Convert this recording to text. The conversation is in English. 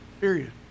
Period